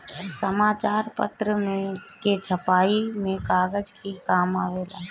समाचार पत्र के छपाई में कागज ही काम आवेला